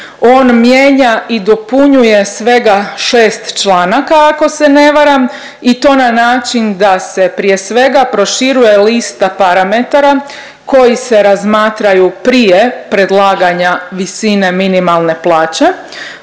on mijenja i dopunjuje svega 6 članaka, ako se ne varam i to na način da se prije svega, proširuje lista parametara koji se razmatraju prije predlaganja visine minimalne plaće,